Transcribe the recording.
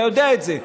אתה יודע את זה.